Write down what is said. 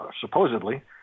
supposedly